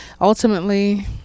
ultimately